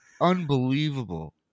Unbelievable